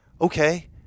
okay